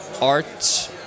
art